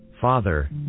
Father